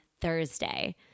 Thursday